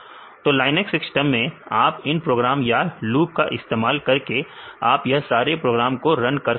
तो Linux system में आप इन प्रोग्राम या लुप का इस्तेमाल करके आप यह सारे प्रोग्राम को रन कर सकते हैं